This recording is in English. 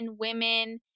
women